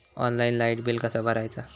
Online light bill कसा भरायचा?